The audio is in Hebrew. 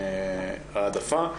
איזושהי העדפה,